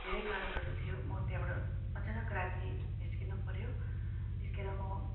धेरै कारणहरू थियो म त्यहाँबाट अचनाक राति निस्किन पऱ्यो निस्केर म